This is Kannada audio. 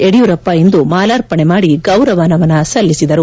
ಯಡಿಯೂರಪ್ಪ ಇಂದು ಮಾಲಾರ್ಪಣೆ ಮಾಡಿ ಗೌರವ ನಮನ ಸಲ್ಲಿಸಿದರು